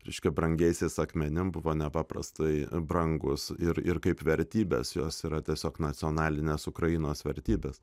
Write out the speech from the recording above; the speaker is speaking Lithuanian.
reiškia brangiaisiais akmenimis buvo nepaprastai brangūs ir ir kaip vertybės jos yra tiesiog nacionalinės ukrainos vertybės